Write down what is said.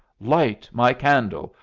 light my candle!